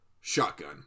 shotgun